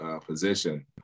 position